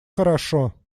хорошо